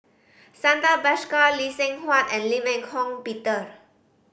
Santha Bhaskar Lee Seng Huat and Lim Eng Hock Peter